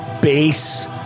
base